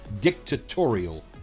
dictatorial